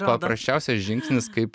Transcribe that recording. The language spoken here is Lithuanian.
paprasčiausias žingsnis kaip